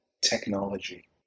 technology